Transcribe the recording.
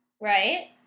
Right